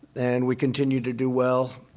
and we continue to do well.